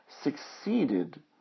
succeeded